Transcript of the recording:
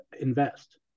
Invest